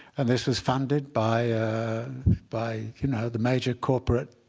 and this was funded by by you know the major corporate